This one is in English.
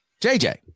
JJ